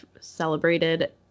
celebrated